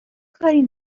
کاری